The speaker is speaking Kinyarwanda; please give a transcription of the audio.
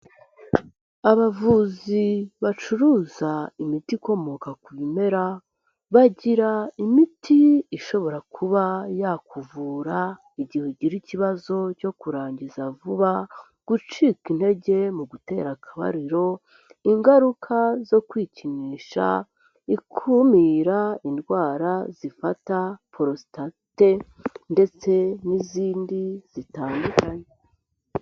Abavuzi bacuruza imiti ikomoka ku bimera, bagira imiti ishobora kuba yakuvura igihe ugira ikibazo cyo kurangiza vuba, gucika intege mu gutera akabariro, ingaruka zo kwikinisha, ikumira indwara zifata porositate, ndetse n'izindi zitandukanye.